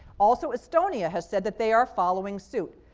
also estonia has said that they are following suit.